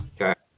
Okay